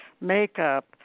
makeup